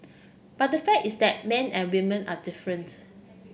but the fact is that men and women are different